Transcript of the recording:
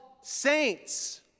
saints